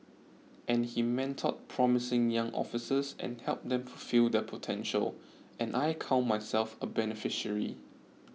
and he mentored promising young officers and helped them fulfil their potential and I count myself a beneficiary